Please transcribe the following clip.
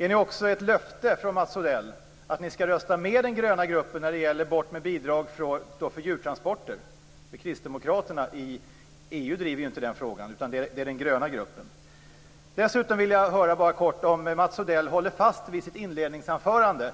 Är det också ett löfte från Mats Odell att ni skall rösta med den gröna gruppen om att ta bort bidragen för djurtransporter? Kristdemokraterna i EU driver ju inte den frågan, utan det är den gröna gruppen som gör det. Dessutom vill jag bara kort höra om Mats Odell håller fast vid sitt inledningsanförande.